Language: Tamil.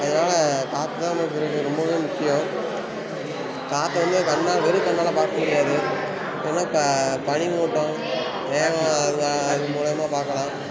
அதனால் காற்று தான் நமக்கு இருக்குது ரொம்பவே முக்கியம் காற்றை வந்து கண்ணால் வெறும் கண்ணால் பார்க்க முடியாது வேணால் ப பனிமூட்டம் மேகம் அது அது மூலயமா பார்க்கலாம்